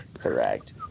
correct